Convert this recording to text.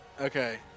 okay